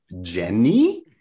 Jenny